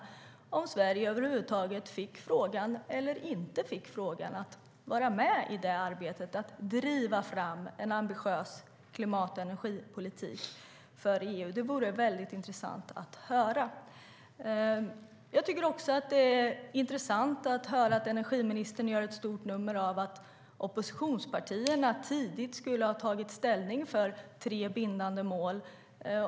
Fick Sverige över huvud taget frågan om att vara med i arbetet med att driva fram en ambitiös klimat och energipolitik? Det vore väldigt intressant att höra. Det är också intressant att energiministern gör ett stort nummer av att oppositionspartierna tidigt skulle ha tagit ställning för tre bindande mål.